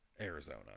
Arizona